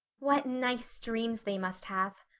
what nice dreams they must have!